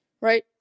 Right